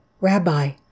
Rabbi